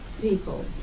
people